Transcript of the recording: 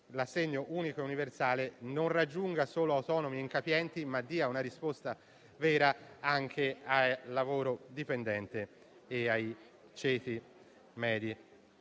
l'assegno unico e universale non raggiunga solo autonomi e incapienti, ma dia una risposta vera anche al lavoro dipendente e ai ceti medi.